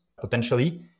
potentially